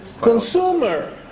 consumer